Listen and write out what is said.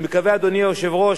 אדוני היושב-ראש,